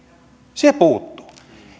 se puuttuu